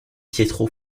pietro